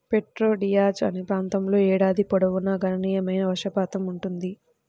Prieto Diaz అనే ప్రాంతంలో ఏడాది పొడవునా గణనీయమైన వర్షపాతం ఉంటుంది